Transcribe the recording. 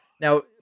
now